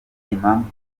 impamvu